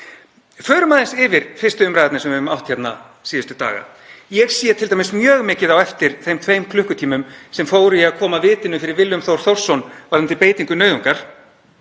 Förum aðeins yfir 1. umræðurnar sem við höfum átt hérna síðustu daga. Ég sé t.d. mjög mikið eftir þeim tveimur klukkutímum sem fóru í að koma vitinu fyrir Willum Þór Þórsson varðandi beitingu nauðungar,